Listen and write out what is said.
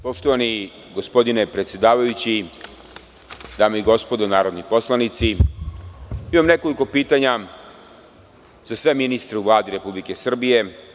Poštovani gospodine predsedavajući, dame i gospodo narodni poslanici, imam nekoliko pitanja za sve ministre u Vladi Republike Srbije.